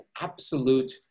absolute